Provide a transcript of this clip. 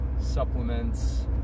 supplements